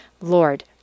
Lord